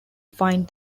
find